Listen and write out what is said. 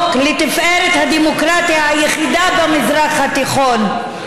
לתפארת הדמוקרטיה היחידה במזרח התיכון,